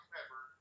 Pepper